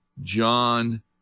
John